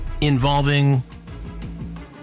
involving